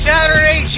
Saturday